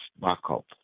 backup